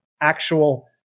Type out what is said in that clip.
actual